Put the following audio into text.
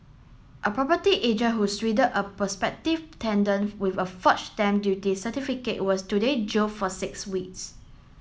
a property agent who swindled a prospective with a forged stamp duty certificate was today jail for six weeks